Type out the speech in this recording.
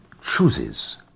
chooses